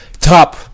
top